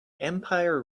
empire